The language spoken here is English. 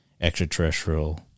extraterrestrial